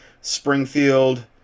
Springfield